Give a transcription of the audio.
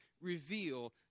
reveal